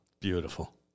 Beautiful